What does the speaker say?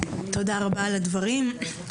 תודה רבה על הדברים.